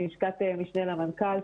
מלשכת משנה למנכ"ל,